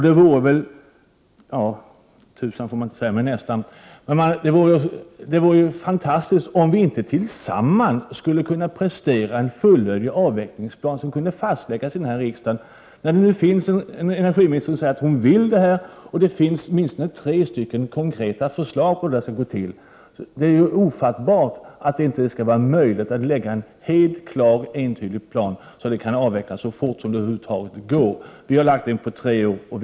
Det vore väl oerhört märkligt om vi inte tillsammans skulle kunna presentera en fullödig avvecklingsplan som kunde fastläggas av riksdagen. När energiministern säger att hon vill lägga fast en avvecklingsplan och det finns åtminstone tre konkreta förslag på hur det skall gå till är det ofattbart att det inte skall vara möjligt att lägga fram en helt klar och entydig plan, så att kärnkraften kan avvecklas så fort som det över huvud taget går att avveckla den. Vi har lagt fram en plan över tre år.